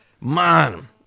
Man